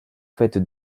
faite